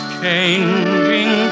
changing